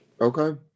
okay